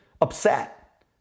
upset